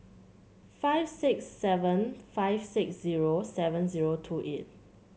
five six seven five six zero seven zero two eight